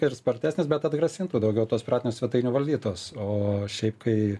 ir spartesnis bet atgrasintų daugiau tuos piratinių svetainių valdytojus o šiaip kai